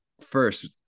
first